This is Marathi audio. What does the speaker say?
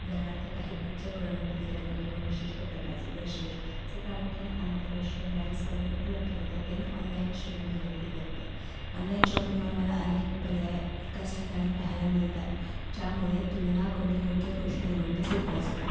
उदाहरणार्थ काही उच्च गुणवत्तेचे रंग किंवा विशिष्ट प्रकारचे ब्रशेश जे प्रामुख्याने आंतरराष्ट्रीय ब्रँड्सकडून उपलब्ध होतात ते मी ऑनलाईन शोधून खरेदी करते ऑनलाईन शॉपिंगमुळे मला अनेक पर्याय एकाच ठिकाणी पाहायला मिळतात ज्यामुळे तुलना करून योग्य गोष्ट निवडणं सोपं असतं